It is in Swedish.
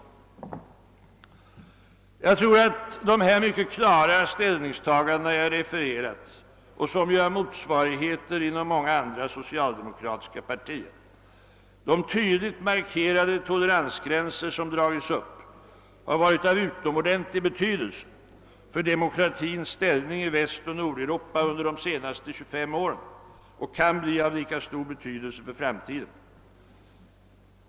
Jag tror att de mycket klara ställningstaganden jag här refererat till och som har motsvarigheter inom flera andra socialdemokratiska partier, de tyd ligt markerade toleransgränser som dragits upp, har varit av utomordentlig betydelse för demokratins ställning i Västoch Nordeuropa under de senaste 25 åren och kan bli av lika stor betydelse för framtiden.